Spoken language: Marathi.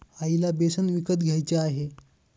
आईला बेसन विकत घ्यायचे आहे